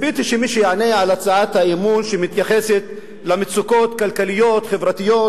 ציפיתי שמי שיענה על הצעת האי-אמון שמתייחסת למצוקות כלכליות וחברתיות